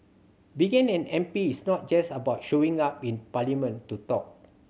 being an M P is not just about showing up in parliament to talk